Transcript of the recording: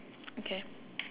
okay